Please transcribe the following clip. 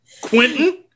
Quentin